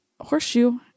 horseshoe